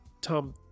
Tom